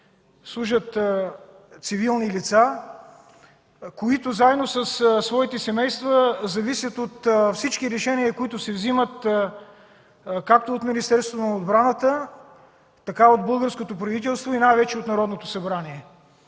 служат цивилни лица, които заедно със своите семейства зависят от всички решения, които се вземат както от Министерството на отбраната, така и от българското правителство, и най-вече от Народното събрание.